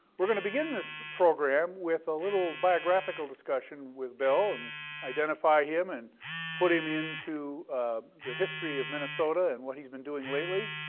we're gonna begin this program with a little biographical discussion with bill and identify him and put him into the history of minnesota and what he's been doing lately.